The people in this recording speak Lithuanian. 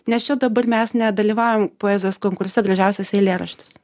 nes čia dabar mes nedalyvaujam poezijos konkurse gražiausias eilėraštis